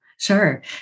Sure